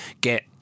get